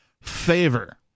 favor